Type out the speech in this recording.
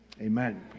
Amen